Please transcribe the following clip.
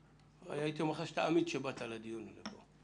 הייתי אומר לך שאתה אמיץ שבאת לדיון פה.